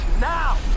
now